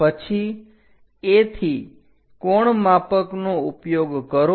પછી A થી કોણમાપક નો ઉપયોગ કરો